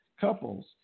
couples